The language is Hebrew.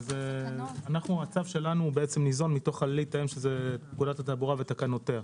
הצו שלנו ניזון מתוך פקודת התעבורה ותקנותיה.